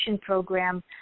program